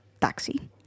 taxi